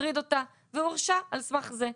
מטריד אותה והוא הורשע על סמך זה.